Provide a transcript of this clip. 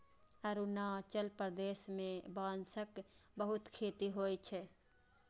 अरुणाचल प्रदेश मे बांसक बहुत खेती होइ छै